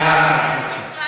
דעה אחרת.